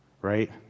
right